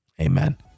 Amen